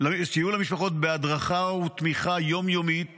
בהדרכה ותמיכה יום-יומית